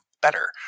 better